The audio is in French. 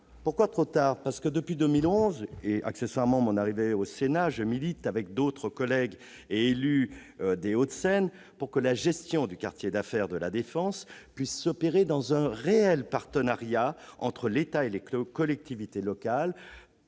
trop tôt. Trop tard, parce que depuis 2011, date de mon arrivée au Sénat, je milite avec d'autres collègues et élus des Hauts-de-Seine pour que la gestion du quartier d'affaires de La Défense puisse s'opérer dans un réel partenariat entre l'État et les collectivités locales,